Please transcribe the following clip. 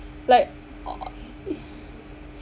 like oo oo